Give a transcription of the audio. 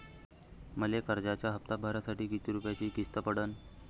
मले कर्जाचा हप्ता भरासाठी किती रूपयाची किस्त पडन?